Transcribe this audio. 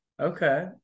okay